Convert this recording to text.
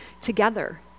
together